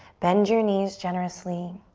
bend your knees generously.